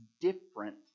different